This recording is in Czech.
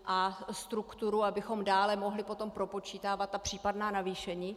A strukturu, abychom dále mohli potom propočítávat případná navýšení.